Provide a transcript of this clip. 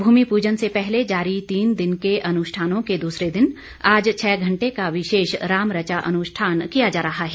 भूमि पूजन से पहले जारी तीन दिन के अनुष्ठानों के दूसरे दिन आज छह घंटे का विशेष राम रचा अनुष्ठान किया जा रहा है